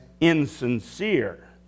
insincere